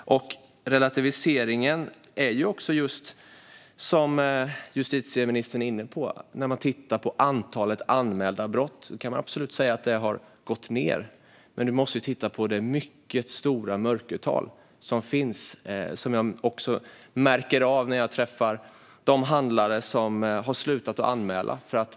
Relativiseringen är just, som justitieministern är inne på, när man tittar på antalet anmälda brott. Man kan absolut säga att de har gått ned. Men man måste titta på det mycket stora mörkertal som finns. Det märker jag av när jag träffar de handlare som har slutat att anmäla.